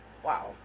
wow